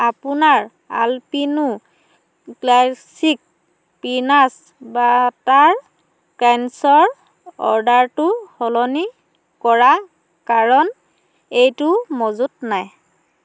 আপোনাৰ Alpino classic peanut butter ক্ৰাঞ্চৰ অৰ্ডাৰটো সলনি কৰা কাৰণ এইটো মজুত নাই